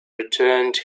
returned